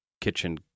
kitchen